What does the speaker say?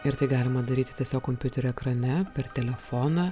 ir tai galima daryti tiesiog kompiuterio ekrane per telefoną